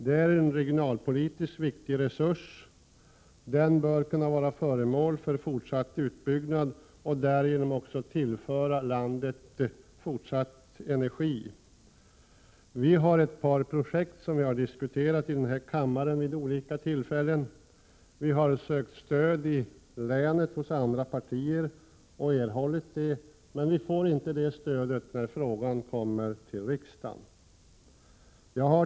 Detta är en regionalpolitiskt viktig resurs som bör kunna vara föremål för fortsatt utbyggnad och bör kunna fortsätta tillföra landet energi. Ett par projekt har vi diskuterat i denna kammare vid olika tillfällen. Vi har sökt stöd hos andra partier i länet och också erhållit det. Men vi får inte det stödet då frågan kommer till riksdagen.